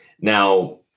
Now